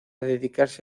dedicarse